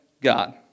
God